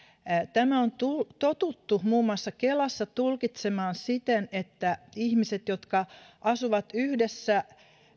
tämä on totuttu muun muassa kelassa tulkitsemaan siten että ihmiset jotka asuvat yhdessä